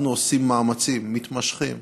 אנחנו עושים מאמצים מתמשכים